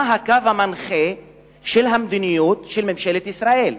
מה הקו המנחה של המדיניות של ממשלת ישראל?